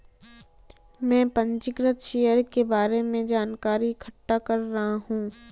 मैं पंजीकृत शेयर के बारे में जानकारी इकट्ठा कर रहा हूँ